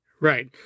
Right